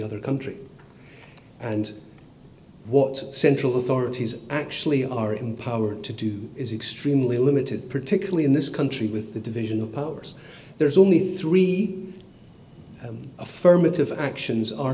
other country and what central authorities actually are empowered to do is extremely limited particularly in this country with the division of powers there's only three and affirmative actions are